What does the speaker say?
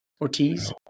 Ortiz